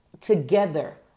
together